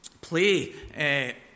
play